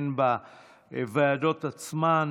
גם בוועדות עצמן.